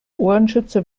ohrenschützer